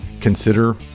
consider